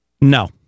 No